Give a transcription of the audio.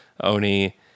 Oni